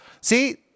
See